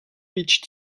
each